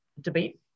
debate